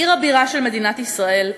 עיר הבירה של מדינת ישראל,